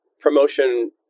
promotion